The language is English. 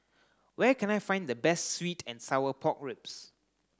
where can I find the best sweet and sour pork ribs